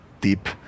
deep